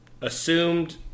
assumed